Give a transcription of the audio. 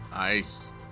Nice